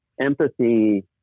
empathy